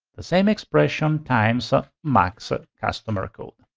the same expression times max ah customer code.